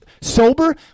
sober